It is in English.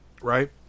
Right